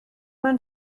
man